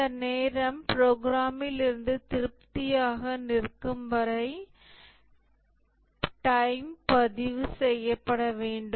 இந்த நேரம் புரோகிராமில் இருந்து திருப்தியாக நிற்கும்வரை டைம் பதிவு செய்யப்பட வேண்டும்